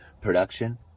production